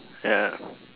ya